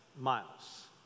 miles